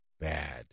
bad